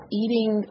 eating